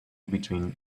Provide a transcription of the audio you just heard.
between